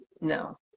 no